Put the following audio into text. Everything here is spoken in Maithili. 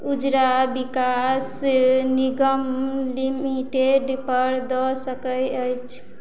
उजरा विकास निगम लिमिटेडपर दऽ सकै अछि